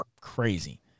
crazy